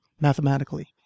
mathematically